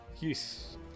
Yes